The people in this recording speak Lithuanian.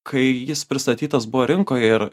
kai jis pristatytas buvo rinkoje ir